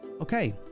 Okay